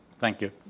thank you.